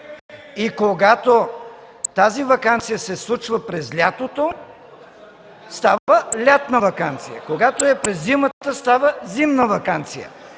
И когато тази ваканция се случва през лятото, става „лятна ваканция”; когато е през зимата, става „зимна ваканция”.